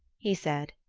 he said,